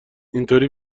اینطوری